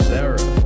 Sarah